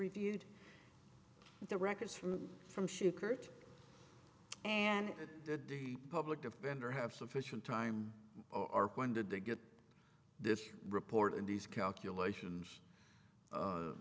reviewed the records from from hsu curt and that the public defender have sufficient time or when did they get this report and these calculations